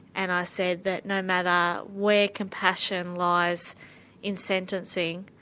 and i said that no matter where compassion lies in sentencing,